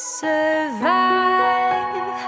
survive